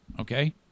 okay